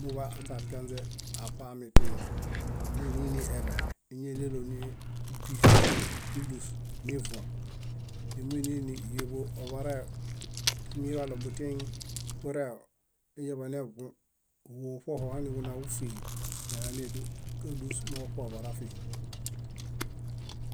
muḃaaśapinze aṗaamitĩi. Miinini eḃe, íñaɭelo níbii nídus nivũ; nimuinini ɦieḃo oḃarae timiġalo butieñ ḃuree eñaḃanevũ ɦuoho ṗoho haniġuna ġúfiiġi nelanedus mofoḃara fíhi.